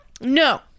No